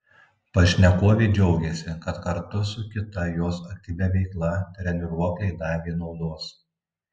pašnekovė džiaugėsi kad kartu su kita jos aktyvia veikla treniruokliai davė naudos